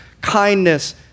kindness